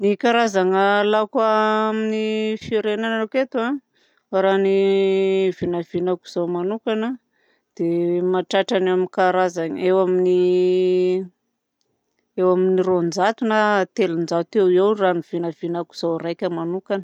Ny karazana laoka amin'ny firenanako eto raha ny vinavinako zaho manokana dia mahatratra any amin'ny karazany eo amin'ny eo amin'ny roanjato na telonjato eo ho eo raha ny vinavinako zaho raika manokana.